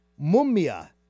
Mumia